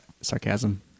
Sarcasm